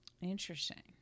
Interesting